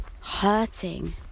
hurting